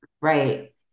Right